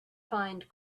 find